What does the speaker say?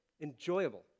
enjoyable